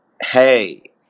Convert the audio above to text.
Hey